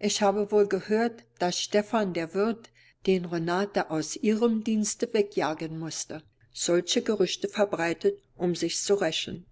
ich habe wohl gehört daß stephan der wirt den renata aus ihrem dienste wegjagen mußte solche gerüchte verbreitet um sich zu rächen